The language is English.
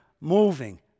moving